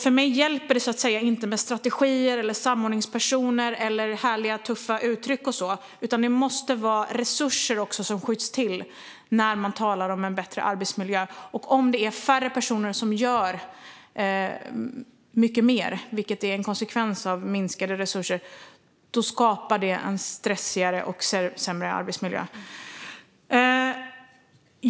För mig hjälper det så att säga inte med strategier, samordningspersoner eller härliga, tuffa uttryck, utan det måste skjutas till resurser när man talar om en bättre arbetsmiljö. Om det är färre personer som gör mycket mer, vilket är en konsekvens av minskade resurser, skapar det en stressigare och sämre arbetsmiljö.